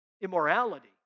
immorality